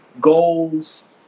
goals